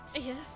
Yes